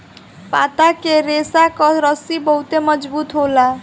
पत्ता के रेशा कअ रस्सी बहुते मजबूत होला